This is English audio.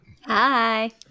Hi